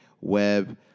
web